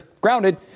grounded